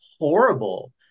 horrible